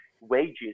wages